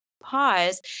pause